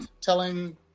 telling